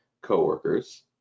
coworkers